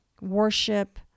worship